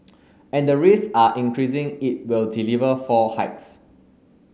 and the risks are increasing it will deliver four hikes